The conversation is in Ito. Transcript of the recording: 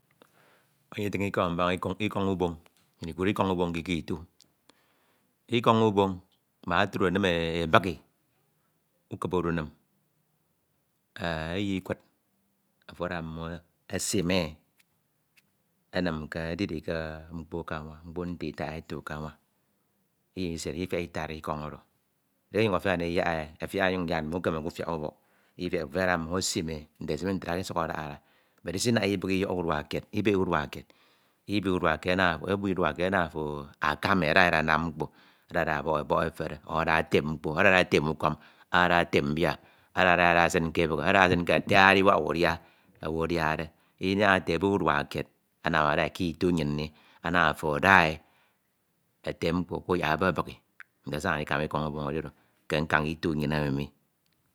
Nyem nditañ Ike mbaña Ikọñ uboñ nnyin Ikud Ikoñ uboñ ke Iko itu, Ikọñ ubọñ mak otudo enim e ebihi, ukibi e udunim eyi Ikud afo ada mmoñ esimi e enim ke ediri ke anwa mkpo nte Ituk eto ke anwa, eyi Isiene Idifiak etari Ikpa oro, edieke afiade yak e efiakde nyem ndiyak nnim mutemeke ufiak ubọk, eyi isiene ofo afiat ada mwoñ esime e, nte esimede e ntra ke esuk afiak adaha ada but isinaho Ibihi Iyọho udua kied, urua kied, Ibe urua kied ana ofo akama e ada e ada anam mkpo ada ada ọbọk efore etem mkpo, ada ada e etem ukam ada etem bia, ada e ada esin ke ebihe, ada esin katu ediwak udia owu adiade, Inaha ete ebe urua kied anam ada e ke itu nnyin mi, ana ofo ada e, etem mkpo kuyak e ebebihi, nte esañade ekema Ikọñ ubọn edi oro ke nkañ Itu nnyin emi mi.